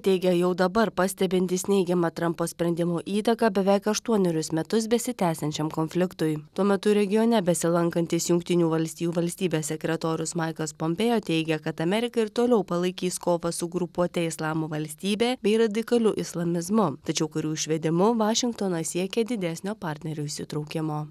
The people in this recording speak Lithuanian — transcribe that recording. teigia jau dabar pastebintys neigiamą trampo sprendimo įtaką beveik aštuonerius metus besitęsiančiam konfliktui tuo metu regione besilankantis jungtinių valstijų valstybės sekretorius maikas pompėja teigia kad amerika ir toliau palaikys kovą su grupuote islamo valstybė bei radikaliu islamizmu tačiau karių išvedimu vašingtonas siekia didesnio partnerių įsitraukimo